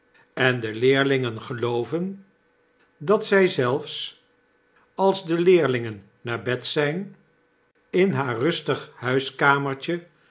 en de leerlingen gelooven dat zg zelfs als de leerlingen naar bed zp in haar rustig huiskamertje